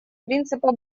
принципа